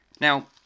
Now